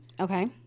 Okay